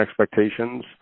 expectations